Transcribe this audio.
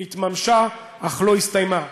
התממשה, אך לא הסתיימה.